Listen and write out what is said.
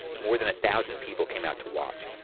more than a thousand people came out to watch.